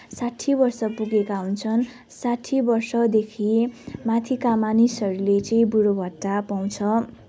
साठी वर्ष पुगेका हुन्छन् साठी वर्षदेखिन् माथिका मानिसहरूले चाहिँ बुढो भत्ता पाउँछ